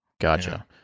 Gotcha